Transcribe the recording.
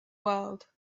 world